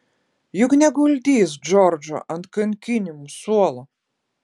juk neguldys džordžo ant kankinimų suolo